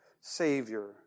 Savior